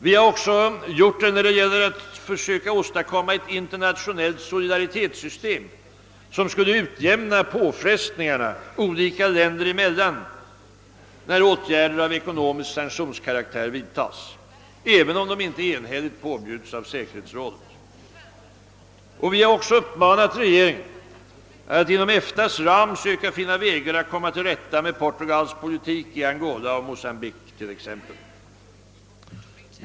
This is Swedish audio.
Vi har också gjort det när det gäller att söka åstadkomma ett internationellt solidaritetssystem som skulle utjämna påfrestningarna olika länder emellan, när åtgärder av ekonomisk sanktionskaraktär vidtas, även om de icke enhälligt påbjuds av säkerhetsrådet. Vi har också uppmanat regeringen att inom EFTA:s ram söka finna vägar att komma till rätta med Portugals politik i t.ex. Angola och Mocambique.